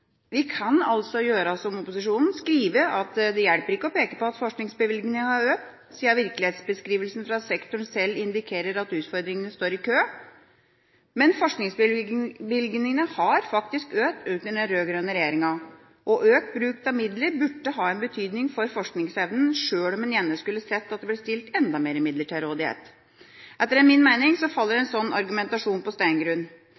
Vi kan altså gjøre som opposisjonen: skrive at det hjelper ikke å «påpeke at forskningsbevilgningene har vokst, all den tid virkelighetsbeskrivelsene fra sektoren selv indikerer at utfordringene står i kø». Men forskningsbevilgningene har faktisk økt under den rød-grønne regjeringa. Og økt bruk av midler burde ha en betydning for forskningsevnen, sjøl om en gjerne skulle sett at det ble stilt enda mer midler til rådighet. Etter min mening faller